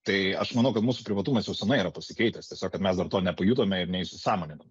tai aš manau kad mūsų privatumas jau seniai yra pasikeitęs tiesiog kad mes dar to nepajutome ir neįsisąmoninom